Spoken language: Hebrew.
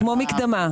כמו מקדמה.